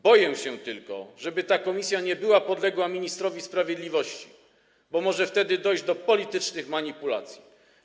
Boję się tylko, żeby ta komisja nie była podległa ministrowi sprawiedliwości, bo może wtedy dojść do politycznych manipulacji.